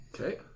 Okay